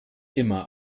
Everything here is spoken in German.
immer